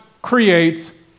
Creates